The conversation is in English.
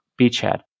beachhead